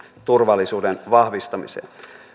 turvallisuuden vahvistamiseen